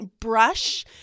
brush